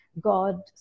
God